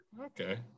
Okay